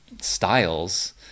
styles